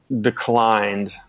declined